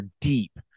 deep